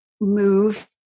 move